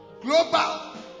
Global